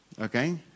Okay